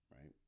Right